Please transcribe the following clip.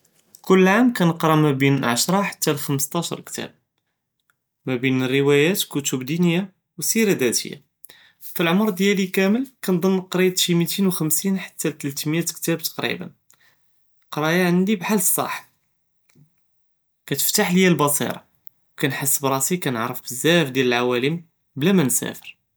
כל עאם קנקרא מא בין עשרה חתא ל חמסטאש נכתאב, מא בין הרוויאת, כתב דינית ו הסירה الذاتיה, פאלעמר דיאלי כאמל קנזן קרית שי מיתין ו חמסטין חתא ל תלתמיאת כתאב תג'ريبا, אלקראיה ענדי כחאל הסاحب, קטפתח ליא הבסירה ו קנהס בראסי קנעرف בזאף דיאל אלעואלם בלא מא נסאפר.